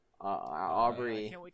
Aubrey